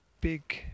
big